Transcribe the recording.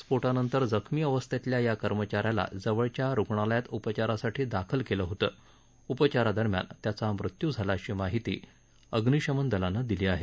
स्फोटानंतर जखमी अवस्थेतल्या या कर्मचा याला जवळच्या रुग्णाल्यात उपचारासाठी दाखल केलं होतं उपचारादरम्यान त्याचा मृत्यू झाला अशी माहिती अग्निशमन दलानं दिली आहे